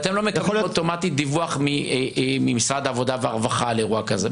אתם לא מקבלים אוטומטית דיווח ממשרד העבודה והרווחה על אירוע כזה.